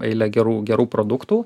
eile gerų gerų produktų